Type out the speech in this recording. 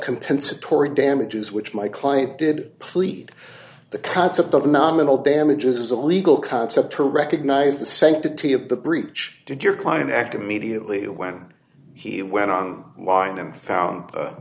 compensatory damages which my client did plead the concept of nominal damages is a legal concept to recognize the sanctity of the breach did your client act immediately when he went on line and found u